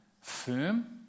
firm